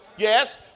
Yes